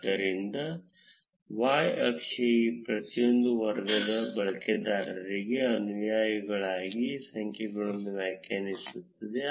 ಆದ್ದರಿಂದ y ಅಕ್ಷ ಈ ಪ್ರತಿಯೊಂದು ವರ್ಗದ ಬಳಕೆದಾರರಿಗೆ ಅನುಯಾಯಿಗಳ ಸಂಖ್ಯೆಯನ್ನು ವ್ಯಾಖ್ಯಾನಿಸುತ್ತದೆ